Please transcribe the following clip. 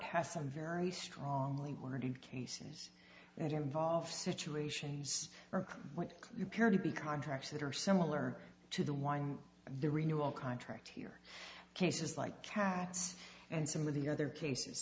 has some very strongly worded cases that involve situations like you care to be contracts that are similar to the wind the renewal contract here cases like counts and some of the other cases